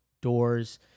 Doors